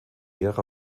ära